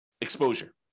exposure